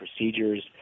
procedures